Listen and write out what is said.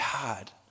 god